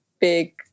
big